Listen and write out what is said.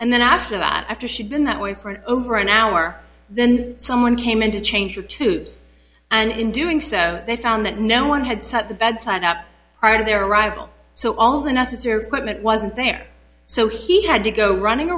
and then after that after she'd been that way for over an hour then someone came in to change your tubes and in doing so they found that no one had set the bedside up prior to their arrival so all the necessary equipment wasn't there so he had to go running